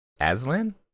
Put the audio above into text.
Aslan